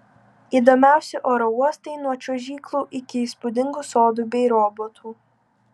įdomiausi oro uostai nuo čiuožyklų iki įspūdingų sodų bei robotų